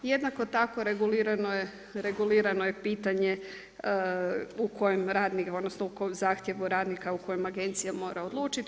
Jednako tako regulirano je pitanje u kojem radnik, odnosno u zahtjevu radnika u kojem agencija mora odlučiti.